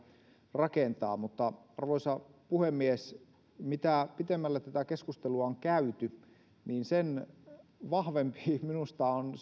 rakentaa arvoisa puhemies mitä pitemmälle tätä keskustelua on käyty sen vahvempi minusta on